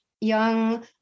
young